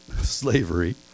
slavery